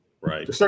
Right